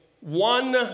one